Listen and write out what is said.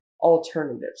alternatives